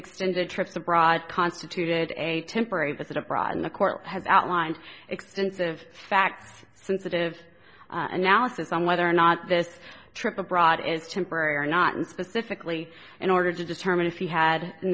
extended trips abroad constituted a temporary but that abroad in the court has outlined extensive facts sensitive analysis on whether or not this trip abroad is temporary or not and specifically in order to determine if he had in